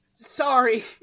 Sorry